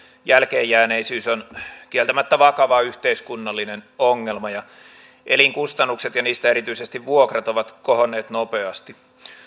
jälkeenjääneisyys on kieltämättä vakava yhteiskunnallinen ongelma elinkustannukset ja niistä erityisesti vuokrat ovat kohonneet nopeasti